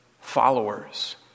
followers